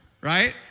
Right